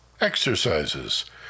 Exercises